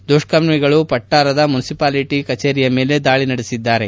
ದುಷ್ಕರ್ಮಿಗಳು ಬಟ್ವಾರದ ಮುನಿಸಿಪಾಲಿಟಿ ಕಚೇರಿಯ ಮೇಲೆ ದಾಳಿ ನಡೆಸಿದ್ದಾರೆ